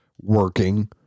working